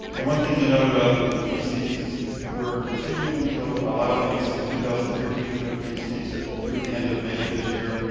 and one thing to note about the the pcs is we're continuing to allow the use of two thousand and thirteen code pcs through the end of may of this year.